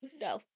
No